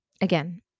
Again